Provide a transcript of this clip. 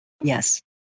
Yes